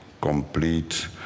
complete